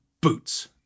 boots